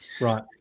Right